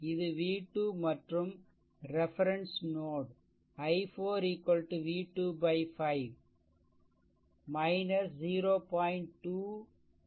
இது v2 மற்றும் reference note i4 v2 5 0